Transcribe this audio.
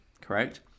correct